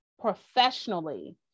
professionally